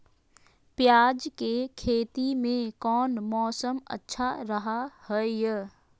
प्याज के खेती में कौन मौसम अच्छा रहा हय?